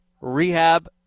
rehab